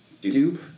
Dupe